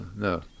No